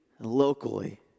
Locally